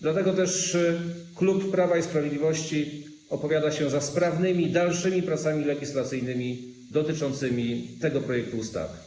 Dlatego też klub Prawo i Sprawiedliwość opowiada się za dalszymi, sprawnymi pracami legislacyjnymi dotyczącymi tego projektu ustawy.